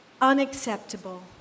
unacceptable